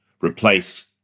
replace